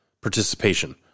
participation